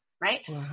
right